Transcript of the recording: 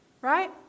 right